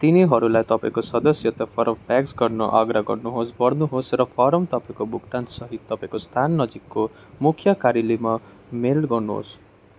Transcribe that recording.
तिनीहरूलाई तपाईँँको सदस्यता फर्म फ्याक्स गर्न आग्रह गर्नु होस् भर्नु होस् र फर्म तपाईँँको भुक्तान सहित तपाईँँको स्थान नजिकको मुख्य कार्यालयमा मेल गर्नु होस्